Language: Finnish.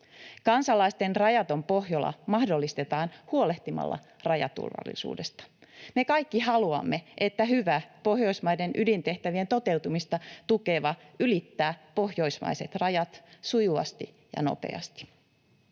Kansalaisten rajaton Pohjola mahdollistetaan huolehtimalla rajaturvallisuudesta. Me kaikki haluamme, että hyvä — Pohjoismaiden ydintehtävien toteutumista tukeva — ylittää pohjoismaiset rajat sujuvasti ja nopeasti.